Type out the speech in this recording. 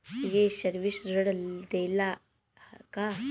ये सर्विस ऋण देला का?